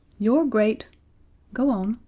your great go on,